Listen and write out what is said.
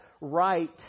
right